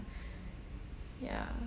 ya